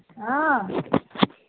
অঁ